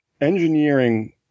engineering